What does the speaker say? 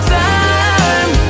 time